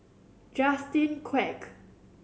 Justin Quek